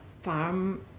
farm